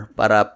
para